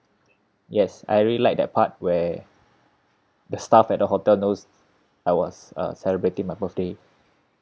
yes I really like that part where the staff at the hotel knows I was uh celebrating my birthday